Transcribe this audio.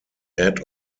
add